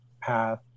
path